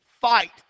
fight